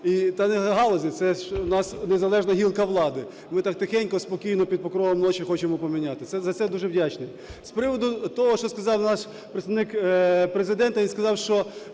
та не галузі, це ж в нас незалежна гілка влади. Ми так тихенько, спокійно під покровом ночі хочемо поміняти. За це я дуже вдячний. З приводу того, що сказав наш представник Президента. Він сказав, що